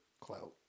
clout